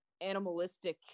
animalistic